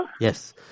Yes